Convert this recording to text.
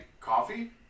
coffee